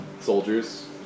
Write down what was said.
soldiers